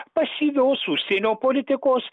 pasyvios užsienio politikos